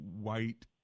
white